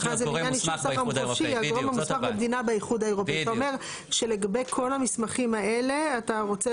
אתה אומר שלגבי כל המסמכים האלה אתה רוצה